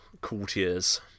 courtiers